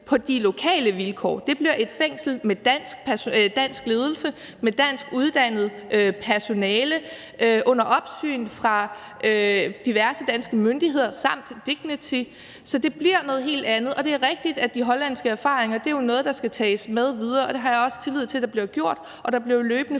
på de lokale vilkår. Det bliver et fængsel med dansk ledelse og med dansk uddannet personale under opsyn fra diverse danske myndigheder samt DIGNITY. Så det bliver noget helt andet, og det er rigtigt, at de hollandske erfaringer er noget, der skal tages med videre. Det har jeg også tillid til bliver gjort, og der bliver jo løbende